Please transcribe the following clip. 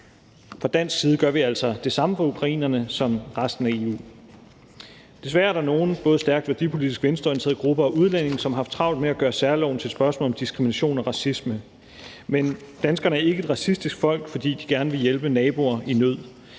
Fra dansk side gør vi altså det samme for ukrainerne som resten af EU. Desværre er der nogle, både stærkt værdipolitisk venstreorienterede grupper og udlændinge, som har haft travlt med at gøre særloven til et spørgsmål om diskrimination og racisme. Men danskerne er ikke et racistisk folk, fordi de gerne vil hjælpe naboer i nød,